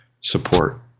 support